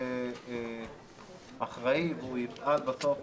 מאיר הוא אחראי והוא יפעל בסוף